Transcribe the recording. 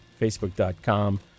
Facebook.com